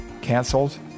canceled